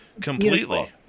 Completely